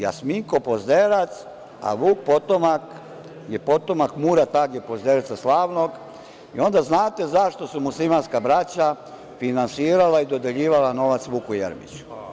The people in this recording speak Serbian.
Dakle, Jasminko Pozderac, a Vuk potomak je potomak Murata Age Pozderca slavnog i onda znate zašto su muslimanska braća finansirala i dodeljivala novac Vuku Jeremiću.